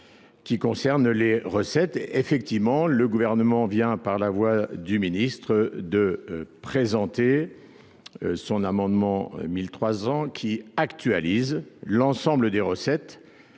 qui concerne les recettes. Effectivement, le gouvernement vient par la voix du ministre de présenter son amendement 1003 ans qui actualise l'ensemble des recettes